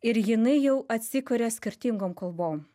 ir jinai jau atsikuria skirtingom kalbom